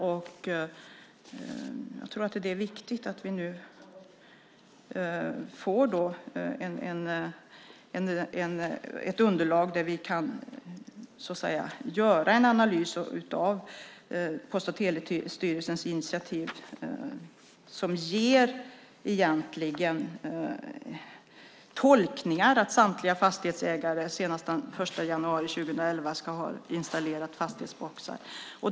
Det är viktigt att vi får ett underlag där vi kan göra en analys av Post och telestyrelsens initiativ som kan tolkas så att samtliga fastighetsägare senast den 1 januari 2011 ska ha installerat fastighetsboxar.